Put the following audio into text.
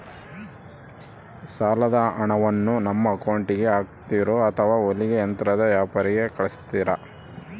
ಸಾಲದ ಹಣವನ್ನು ನಮ್ಮ ಅಕೌಂಟಿಗೆ ಹಾಕ್ತಿರೋ ಅಥವಾ ಹೊಲಿಗೆ ಯಂತ್ರದ ವ್ಯಾಪಾರಿಗೆ ಕಳಿಸ್ತಿರಾ?